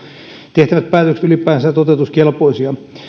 tehtävät päätökset ylipäänsä toteutuskelpoisia